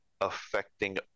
affecting